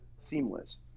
seamless